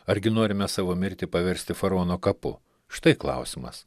argi norime savo mirtį paversti faraono kapu štai klausimas